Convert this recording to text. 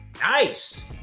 Nice